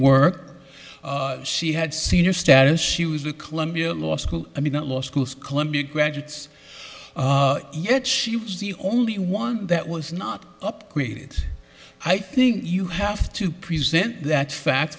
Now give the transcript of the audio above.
work she had seen her status she was a columbia law school i mean not law schools columbia graduates yet she was the only one that was not upgraded i think you have to present that fact